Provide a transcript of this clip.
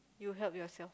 you help yourself